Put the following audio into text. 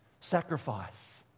sacrifice